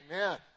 Amen